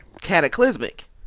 Cataclysmic